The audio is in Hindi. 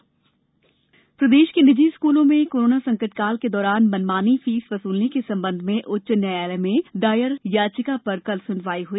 निजी स्कूल फीस प्रदेश के निजी स्कूलों में कोरोना संकटकाल के दौरान मनमानी फीस वसूलने के संबंध में उच्च न्यायालय में दायर याचिका पर कल सुनवाई हुई